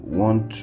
want